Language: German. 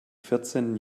vierzehnten